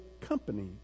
company